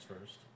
first